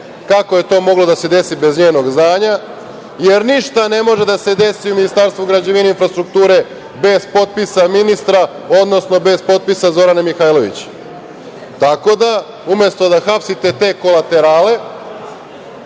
kako je to moglo da se desi bez njenog znanja, jer ništa ne može da se desi u Ministarstvu građevine, infrastrukture, bez potpisa ministra, odnosno bez potpisa Zorane Mihajlović. Tako da, umesto da hapsite te kolaterale,